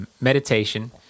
meditation